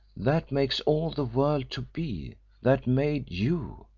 that makes all the world to be, that made you,